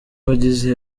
wagize